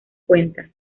cuenta